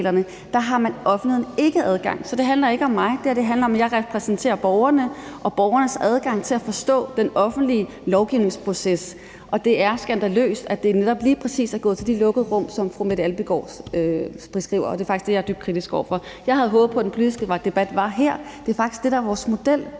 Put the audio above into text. dér har offentligheden ikke adgang. Så det handler ikke om mig. Det handler om, at jeg repræsenterer borgerne og borgernes adgang til at forstå den offentlige lovgivningsproces. Det er skandaløst, at det netop lige præcis er gået fra de lukkede rum, som fru Mette Abildgaard beskriver, og det er faktisk det, jeg er dybt kritisk over for. Jeg havde håbet på, at den politiske debat var her; det er faktisk det, der er vores model,